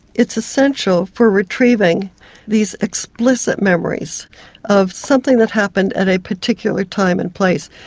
it's essential for retrieving these explicit memories of something that happened at a particular time and place.